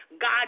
God